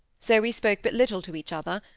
so we spoke but little to each other,